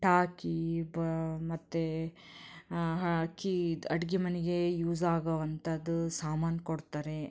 ಟಾಕಿ ಬ ಮತ್ತು ಹಾಕಿ ಇದು ಅಡುಗೆ ಮನೆಗೆ ಯೂಸ್ ಆಗೊವಂಥದ್ದು ಸಾಮಾನು ಕೊಡ್ತಾರೆ